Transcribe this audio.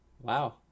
Wow